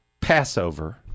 Passover